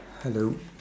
hello